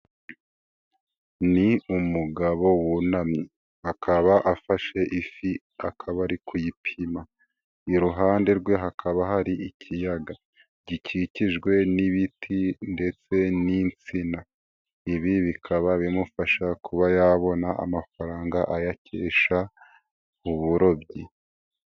Ni umugabo wunamye, akaba afashe ifi, akabari kuyipima, iruhande rwe hakaba hari ikiyaga, gikikijwe n'ibiti ndetse n'insina, ibi bikaba bimufasha kuba yabona amafaranga ayakesha uburobyi.